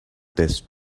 this